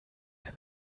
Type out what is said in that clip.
der